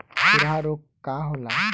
खुरहा रोग का होला?